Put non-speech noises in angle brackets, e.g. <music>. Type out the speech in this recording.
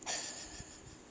<laughs>